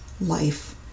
life